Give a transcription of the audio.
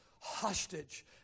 hostage